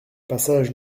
passage